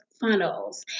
funnels